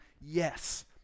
Yes